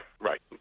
right